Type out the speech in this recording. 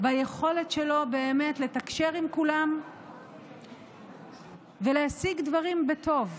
ביכולת שלו באמת לתקשר עם כולם ולהשיג דברים בטוב.